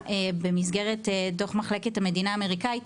במסגרת דוח מחלקת המדינה האמריקאית,